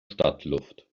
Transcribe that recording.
stadtluft